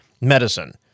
medicine